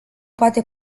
poate